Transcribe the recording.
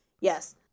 Yes